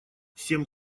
всем